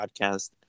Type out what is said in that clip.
podcast